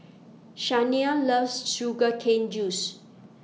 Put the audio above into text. Shania loves Sugar Cane Juice